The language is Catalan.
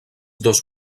dos